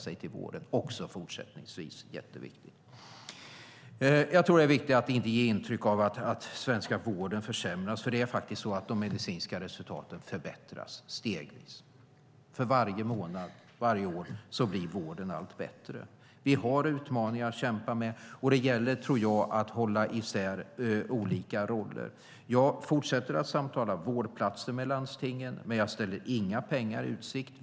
Det är jätteviktigt också fortsättningsvis. Det är viktigt att inte ge intryck av att den svenska vården försämras. De medicinska resultaten förbättras faktiskt stegvis. För varje månad, varje år, blir vården allt bättre. Vi har utmaningar att kämpa med, och det gäller, tror jag, att hålla isär olika roller. Jag fortsätter att samtala om vårdplatser med landstingen, men jag ställer inga pengar i utsikt.